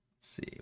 see